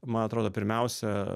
man atrodo pirmiausia